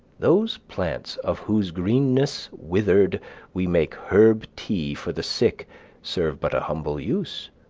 those plants of whose greenness withered we make herb tea for the sick serve but a humble use,